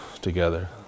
together